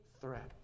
threat